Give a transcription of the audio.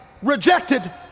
rejected